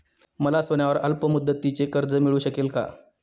मला सोन्यावर अल्पमुदतीचे कर्ज मिळू शकेल का?